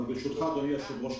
ברשותך אדוני היושב ראש,